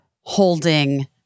holding